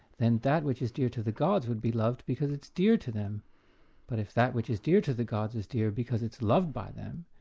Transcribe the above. then that which is dear to the gods would be loved because it's dear to them but if that which is dear to the gods is dear because it's loved by them,